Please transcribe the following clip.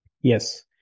Yes